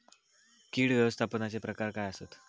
कीड व्यवस्थापनाचे प्रकार काय आसत?